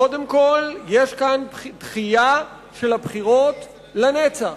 קודם כול, יש כאן דחייה של הבחירות לנצח.